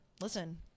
listen